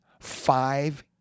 five